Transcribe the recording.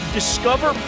discover